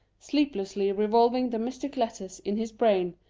sleeplessly revolving the mystic letters in his brain,